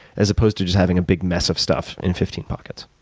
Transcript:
as opposed to just having a big mess of stuff in fifteen pockets.